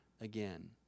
again